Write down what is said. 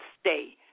stay